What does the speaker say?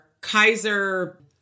Kaiser